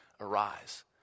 arise